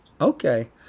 Okay